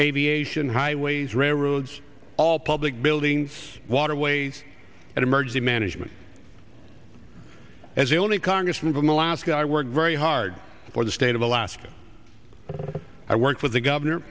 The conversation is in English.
aviation highways railroads all public buildings waterways and emergency management as the only congressman from alaska i worked very hard for the state of alaska i worked with the governor